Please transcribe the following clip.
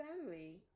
family